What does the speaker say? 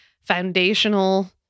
foundational